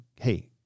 Hey